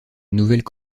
nouvelles